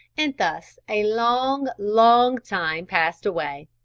and thus a long, long time passed away.